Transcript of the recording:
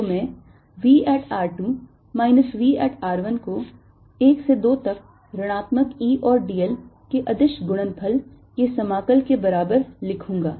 तो मैं v at r 2 minus v at r 1 को 1 से 2 तक ऋणात्मक E और dl के अदिश गुणनफल के समाकल के बराबर लिखूंगा